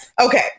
Okay